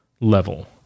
level